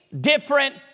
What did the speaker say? Different